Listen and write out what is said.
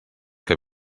que